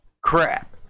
crap